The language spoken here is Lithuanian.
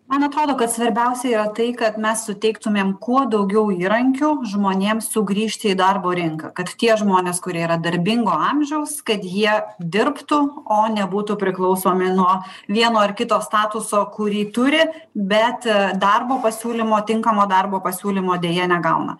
man atrodo kad svarbiausia yra tai kad mes suteiktumėm kuo daugiau įrankių žmonėms sugrįžti į darbo rinką kad tie žmonės kurie yra darbingo amžiaus kad jie dirbtų o ne būtų priklausomi nuo vieno ar kito statuso kurį turi bet darbo pasiūlymo tinkamo darbo pasiūlymo deja negauna